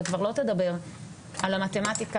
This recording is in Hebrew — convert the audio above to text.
וכבר לא תדבר על המתמטיקה,